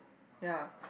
ya